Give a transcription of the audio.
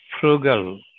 frugal